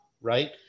Right